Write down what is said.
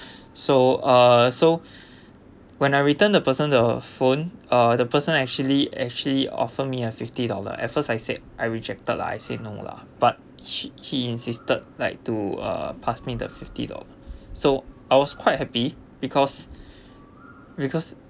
so uh so when I returned the person the phone uh the person actually actually offer me a fifty dollar at first I said I rejected lah I say no lah but he he insisted like to uh pass me the fifty dollars so I was quite happy because because